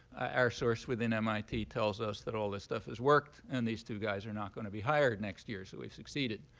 our source within mit tells us that all this stuff has worked and these two guys are not going to be hired next year. so we've succeeded.